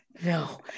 No